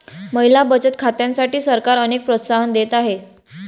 महिला बचत खात्यांसाठी सरकार अनेक प्रोत्साहन देत आहे